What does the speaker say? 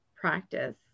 practice